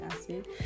acid